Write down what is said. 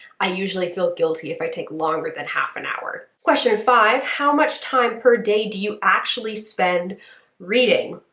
i usually feel guilty if i take longer than half an hour. question five how much time per day do you actually spend reading?